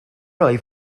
wyf